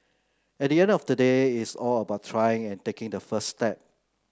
at the end of the day it's all about trying and taking the first step